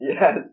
Yes